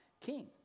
king